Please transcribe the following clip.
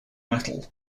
metal